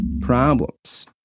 problems